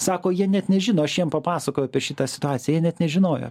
sako jie net nežino aš jiem papasakojau apie šitą situaciją net nežinojo